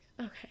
Okay